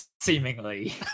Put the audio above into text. seemingly